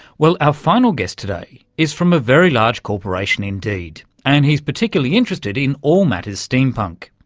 well, our final guest today is from a very large corporation indeed, and he's particularly interested in all matters steampunk.